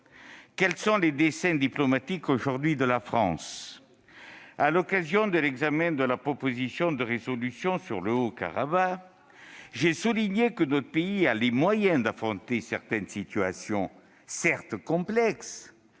aujourd'hui, les desseins diplomatiques de la France ? À l'occasion de l'examen de la proposition de résolution sur le Haut-Karabagh, j'ai souligné que notre pays a les moyens d'affronter certaines situations, certes complexes,